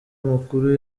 amakuru